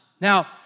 Now